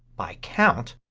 by count